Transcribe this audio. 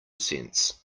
cents